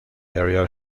area